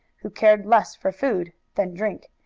who cared less for food than drink,